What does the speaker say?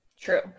true